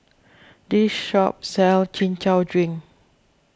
This shop sells Chin Chow Drink